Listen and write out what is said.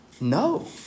No